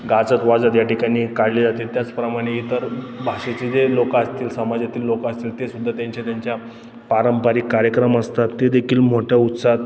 गाजत वाजत या ठिकाणी काढली जाते त्याचप्रमाणे इतर भाषेचे जे लोक असतील समाजातील लोक असतील तेसुद्धा त्यांचे त्यांच्या पारंपरिक कार्यक्रम असतात ते देखील मोठ्या उत्साहात